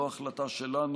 לא החלטה שלנו,